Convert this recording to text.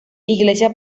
iglesia